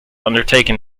undertaken